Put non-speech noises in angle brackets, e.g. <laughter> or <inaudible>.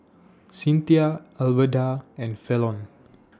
Cinthia Alverda and Falon <noise>